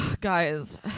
Guys